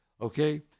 okay